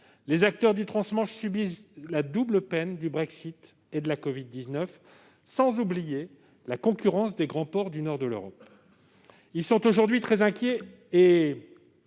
Les acteurs du trans-Manche subissent ainsi la double peine- Brexit et covid-19 -, sans oublier la concurrence des grands ports du nord de l'Europe. Ils sont aujourd'hui très inquiets et